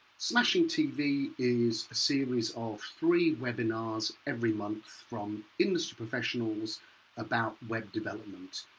smashing tv is a series of three webinars every month, from industry professionals about web development.